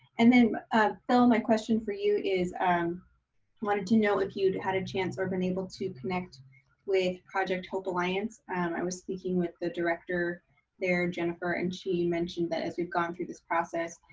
and then phil, my question for you is, i and wanted to know if you'd had a chance or been able to connect with project hope alliance? and i was speaking with the director there, jennifer, and she mentioned that as we've gone through this process,